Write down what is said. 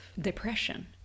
depression